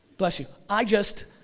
bless you, i just.